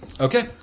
Okay